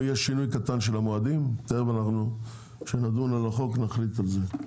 יהיה שינוי קטן של המועדים תכף כשנדון על החוק נחליט על זה.